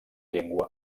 llengua